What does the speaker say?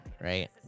right